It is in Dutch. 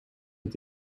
het